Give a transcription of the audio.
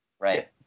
right